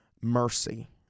mercy